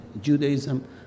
Judaism